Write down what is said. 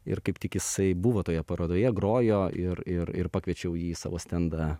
ir kaip tik jisai buvo toje parodoje grojo ir ir ir pakviečiau jį į savo stendą